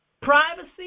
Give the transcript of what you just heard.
privacy